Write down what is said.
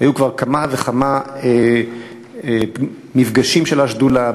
היו כבר כמה וכמה מפגשים של השדולה,